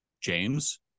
james